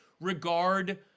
regard